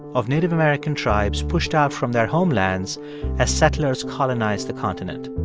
of native american tribes pushed out from their homelands as settlers colonized the continent.